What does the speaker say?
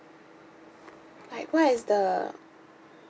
like what is the